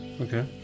Okay